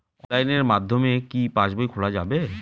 অনলাইনের মাধ্যমে কি পাসবই খোলা যাবে?